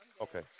Okay